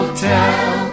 Hotel